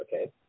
Okay